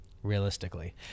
Realistically